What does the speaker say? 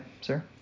sir